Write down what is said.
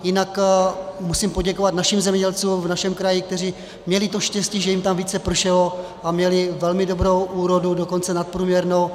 Jinak musím poděkovat našim zemědělcům v našem kraji, kteří měli to štěstí, že jim tam více pršelo, a měli velmi dobrou úrodu, dokonce nadprůměrnou.